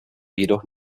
jedoch